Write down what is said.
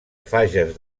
fages